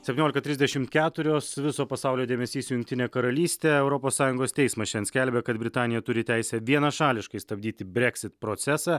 septyniolika trisdešimt keturios viso pasaulio dėmesys jungtinė karalystė europos sąjungos teismas šian skelbia kad britanija turi teisę vienašališkai stabdyti breksit procesą